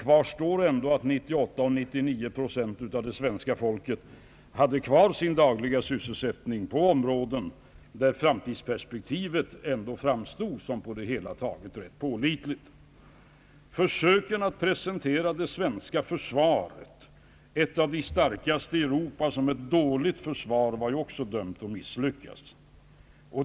Kvar står ändå att 98 å 99 procent av det svenska folket hade kvar sin dagliga sysselsättning på områden där framtidsperspektivet framstod som på det hela taget rätt pålitligt. Försöken att presentera det svenska försvaret — ett av de starkaste i Europa — som ett dåligt försvar, var ju också dömt att misslyckas.